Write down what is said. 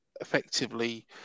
effectively